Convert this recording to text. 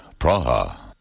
Praha